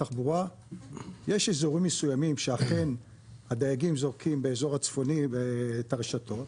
יש אזורים מסוימים שאכן הדייגים זורקים באזור הצפוני את הרשתות,